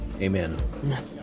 Amen